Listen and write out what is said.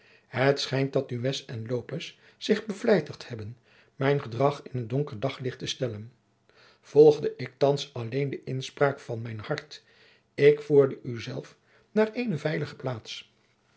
het schijnt dat nunez en lopez zich bevlijtigd hebben mijn gedrag in een donker daglicht te stellen volgde ik thands alleen de inspraak van mijn hart ik voerde u zelf naar eene veilige plaats